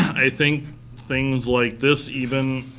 i think things like this even,